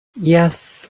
yes